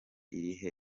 irihe